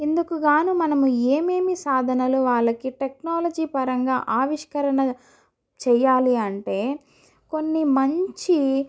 ఇందుకుగాను మనము ఏమేమి సాధనలు టెక్నాలజీ పరంగా ఆవిష్కరణ చెయ్యాలి అంటే కొన్ని మంచి